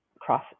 cross